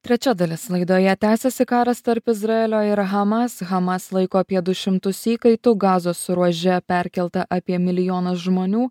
trečia dalis laidoje tęsiasi karas tarp izraelio ir hamas hamas laiko apie du šimtus įkaitų gazos ruože perkelta apie milijonas žmonių